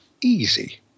easy